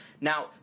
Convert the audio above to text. Now